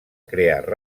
crear